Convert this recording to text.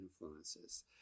influences